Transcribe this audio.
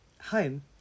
home